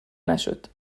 نشد